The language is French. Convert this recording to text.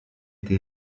été